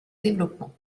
développement